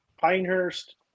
Pinehurst